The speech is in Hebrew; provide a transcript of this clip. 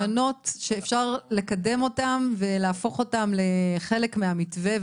רעיונות טובים שאפשר להפוך אותם לחלק מהמתווה.